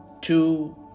two